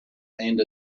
and